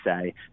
say